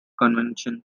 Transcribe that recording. convention